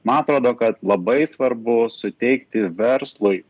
man atrodo kad labai svarbu suteikti verslui